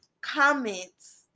comments